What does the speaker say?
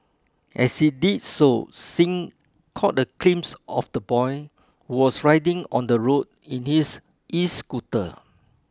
as he did so Singh caught a glimpse of the boy was riding on the road in his escooter